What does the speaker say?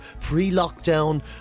pre-lockdown